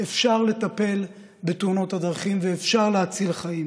אפשר לטפל בתאונות הדרכים ואפשר להציל חיים.